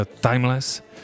timeless